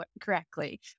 correctly